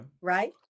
Right